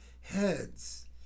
heads